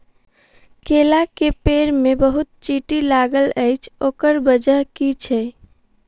केला केँ पेड़ मे बहुत चींटी लागल अछि, ओकर बजय की छै?